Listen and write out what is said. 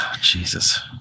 Jesus